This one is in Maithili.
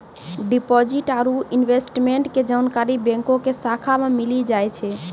डिपॉजिट आरू इन्वेस्टमेंट के जानकारी बैंको के शाखा मे मिली जाय छै